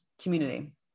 community